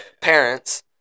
Parents